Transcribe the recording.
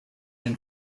den